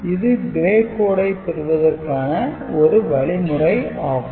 இது Gray code ஐ பெறுவதற்கான ஒரு வழிமுறை ஆகும்